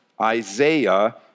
Isaiah